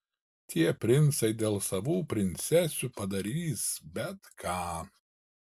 tie princai dėl savų princesių padarys bet ką